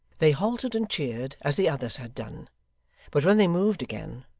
they halted and cheered, as the others had done but when they moved again,